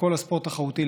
הספורט התחרותי,